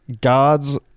Gods